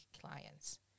clients